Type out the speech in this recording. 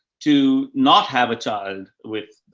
to not have a child with